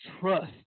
trust